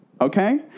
okay